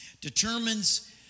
determines